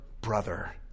brother